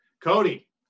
Cody